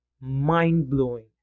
mind-blowing